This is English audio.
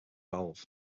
valve